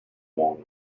wong